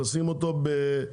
לשים אותו בהראל,